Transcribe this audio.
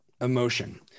emotion